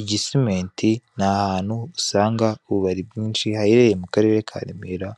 Igisiment ni ahantu usanga ububari bwinshi, haherereye mu Karere ka Remera,